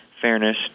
fairness